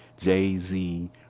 Jay-Z